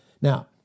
Now